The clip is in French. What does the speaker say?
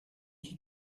qui